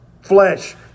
flesh